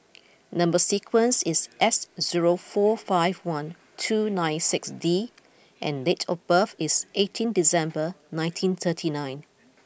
number sequence is S zero four five one two nine six D and date of birth is eighteen December nineteen thirty nine